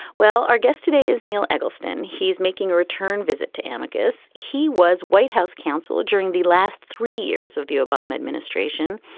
well, our guest today is neil eggleston. he's making a return visit to ambigous. he was white house counsel during the last three years of the obama administration.